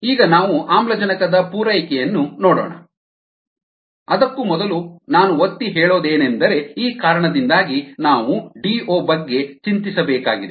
ಈಗ ನಾವು ಆಮ್ಲಜನಕದ ಪೂರೈಕೆಯನ್ನು ನೋಡೋಣ ಅದಕ್ಕೂ ಮೊದಲು ನಾನು ಒತ್ತಿ ಹೇಳೋದೇನೆಂದರೆ ಈ ಕಾರಣದಿಂದಾಗಿ ನಾವು ಡಿಒ ಬಗ್ಗೆ ಚಿಂತಿಸಬೇಕಾಗಿದೆ